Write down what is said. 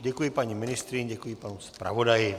Děkuji paní ministryni, děkuji panu zpravodaji.